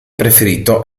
preferito